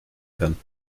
kann